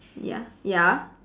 ya ya